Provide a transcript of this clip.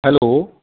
hello